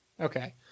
Okay